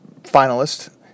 finalist